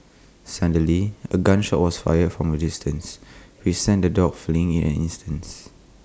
suddenly A gun shot was fired from A distance which sent the dogs fleeing in an instants